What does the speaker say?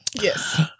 Yes